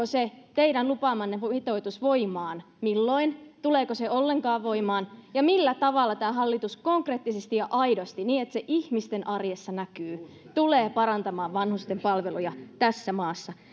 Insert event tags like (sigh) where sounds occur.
(unintelligible) se teidän lupaamanne mitoitus tulee voimaan tuleeko se voimaan ollenkaan ja millä tavalla tämä hallitus konkreettisesti ja aidosti niin että se ihmisten arjessa näkyy tulee parantamaan vanhusten palveluja tässä maassa